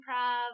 improv